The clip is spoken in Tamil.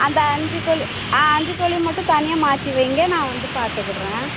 அந்த அஞ்சு கோழி ஆ அஞ்சு கோழிய மட்டும் தனியாக மாற்றி வையுங்க நான் வந்து பாத்துக்கிறேன்